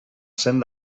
cent